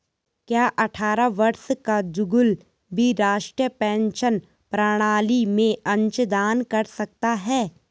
क्या अट्ठारह वर्ष का जुगल भी राष्ट्रीय पेंशन प्रणाली में अंशदान कर सकता है?